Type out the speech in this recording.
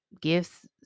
gifts